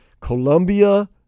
Colombia